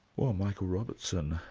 well michael robertson,